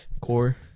core